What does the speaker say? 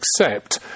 accept